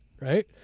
right